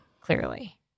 Clearly